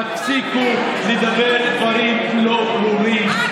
תפסיקו לדבר דברים לא ברורים.